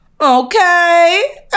Okay